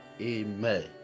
Amen